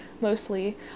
mostly